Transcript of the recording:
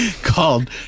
called